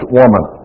woman